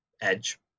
Edge